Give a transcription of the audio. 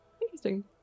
interesting